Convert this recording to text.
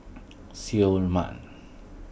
Seoul Mart